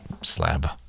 slab